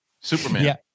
Superman